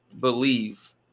believe